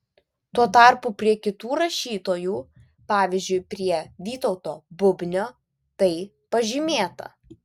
tuo tarpu prie kitų rašytojų pavyzdžiui prie vytauto bubnio tai pažymėta